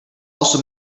also